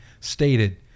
stated